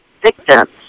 victims